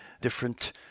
different